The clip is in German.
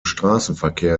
straßenverkehr